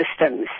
systems